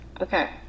Okay